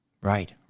right